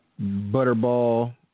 butterball